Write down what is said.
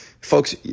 folks